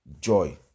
joy